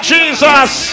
Jesus